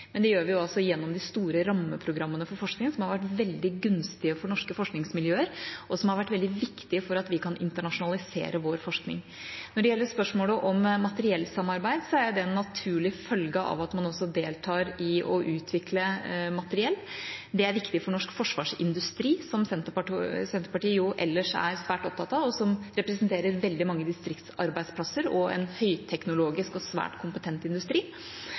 men vi gjør det gjennom de store rammeprogrammene for forskning som har vært veldig gunstige for norske forskningsmiljøer, og som har vært veldig viktige for at vi kan internasjonalisere vår forskning. Når det gjelder spørsmålet om materiellsamarbeid, er det en naturlig følge av at man også deltar i å utvikle materiell. Det er viktig for norsk forsvarsindustri, som Senterpartiet jo ellers er svært opptatt av, og som representerer veldig mange distriktsarbeidsplasser og en høyteknologisk og svært kompetent industri.